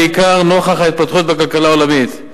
בעיקר נוכח ההתפתחויות בכלכלה העולמית.